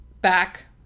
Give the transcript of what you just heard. back